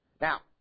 Now